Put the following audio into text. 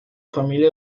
familia